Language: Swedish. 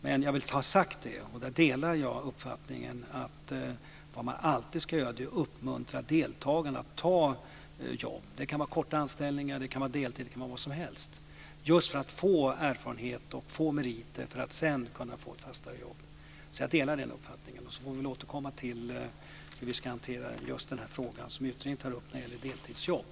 Men jag vill ha det sagt, och här delar jag uppfattningen, att vad man alltid ska göra är att uppmuntra deltagarna att ta jobb - det kan vara korta anställningar, det kan vara deltid, det kan vara vad som helst - just för att de ska få erfarenhet och meriter för att sedan kunna få ett fastare jobb. Jag delar den uppfattningen. Sedan får vi väl återkomma till hur vi ska hantera just den fråga som utredningen tar upp när det gäller deltidsjobb.